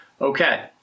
okay